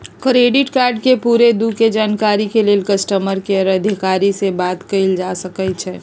credit card के पूरे दू के जानकारी के लेल कस्टमर केयर अधिकारी से बात कयल जा सकइ छइ